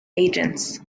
agents